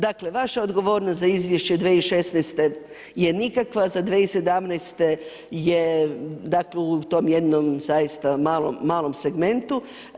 Dakle vaša odgovornost za izvješće 2016. je nikakva, za 2017. je u tom jednom zaista malom segmentu.